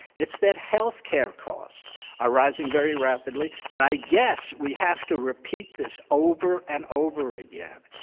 it's that health care costs are rising very rapidly, and i guess we have to repeat this over and over again,